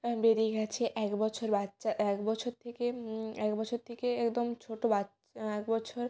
হ্যাঁ বেড়িয়ে গেছে এক বছর বাচ্ছা এক বছর থেকে এক বছর থেকে একদম ছোটো বাচ্ছা এক বছর